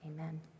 Amen